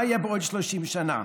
מה יהיה בעוד 30 שנה?